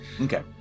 Okay